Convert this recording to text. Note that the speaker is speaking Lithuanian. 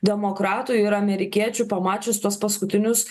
demokratų ir amerikiečių pamačius tuos paskutinius